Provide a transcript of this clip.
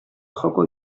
joko